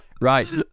right